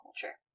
culture